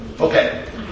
Okay